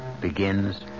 begins